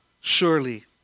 Surely